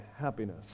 happiness